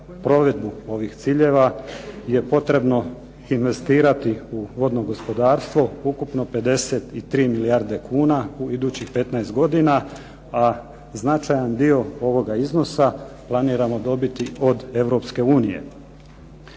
provedbu ovih ciljeva je potrebno investirati u vodno gospodarstvo ukupno 53 milijarde kuna u idućih 15 godina, a značajan dio ovoga iznosa planiramo dobiti od Europske unije.